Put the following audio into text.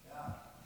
סעיפים